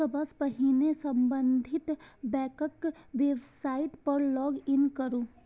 सबसं पहिने संबंधित बैंकक वेबसाइट पर लॉग इन करू